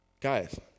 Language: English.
Guys